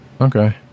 Okay